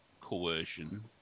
coercion